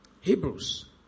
Hebrews